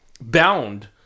bound